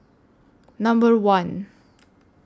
Number one